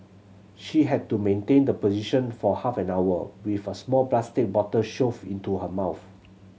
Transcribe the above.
she had to maintain the position for half an hour with a small plastic bottle shoved into her mouth